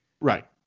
Right